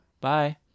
bye